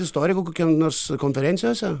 istorikų kokiam nors konferencijose